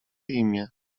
imię